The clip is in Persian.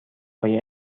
های